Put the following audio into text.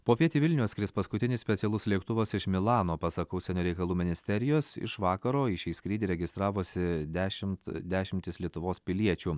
popiet į vilnių atskris paskutinis specialus lėktuvas iš milano pasak užsienio reikalų ministerijos iš vakaro į šį skrydį registravosi dešimt dešimtys lietuvos piliečių